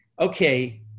okay